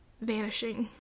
vanishing